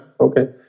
okay